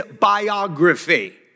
biography